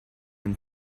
and